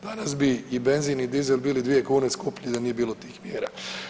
Danas bi i benzin i dizel bili dvije kune skuplji da nije bilo tih mjera.